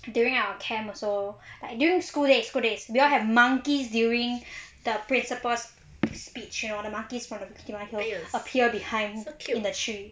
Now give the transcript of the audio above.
during our camp also like during school days school days they'll have monkeys during the principles of speech you know the monkeys for you appear behind the tree